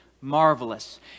marvelous